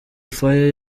fire